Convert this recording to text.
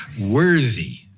worthy